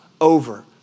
over